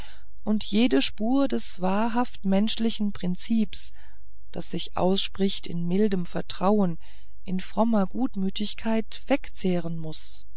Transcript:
und jede spur des wahrhaft menschlichen prinzips das sich ausspricht in mildem vertrauen in frommer gutmütigkeit wegzehren muß